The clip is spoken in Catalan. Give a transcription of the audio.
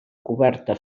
coberta